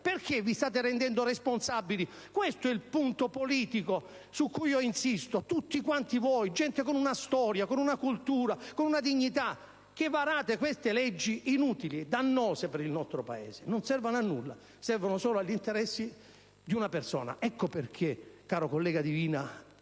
Perché vi state rendendo responsabili? Questo è il punto politico su cui insisto, facendo riferimento a tutti voi, gente con una storia, con una cultura, con una dignità, che varate queste leggi inutili, dannose per il nostro Paese, che non servono a nulla se non agli interessi di una persona. Ecco perché, caro collega Divina,